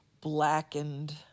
blackened